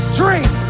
drink